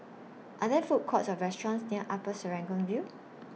Are There Food Courts Or restaurants near Upper Serangoon View